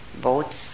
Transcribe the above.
boats